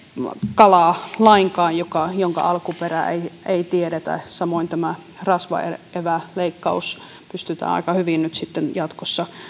kalaa jonka alkuperää ei ei tiedetä samoin rasvaeväleikkaus pystytään aika hyvin nyt sitten jatkossa